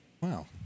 Wow